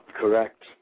Correct